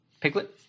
Piglet